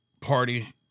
party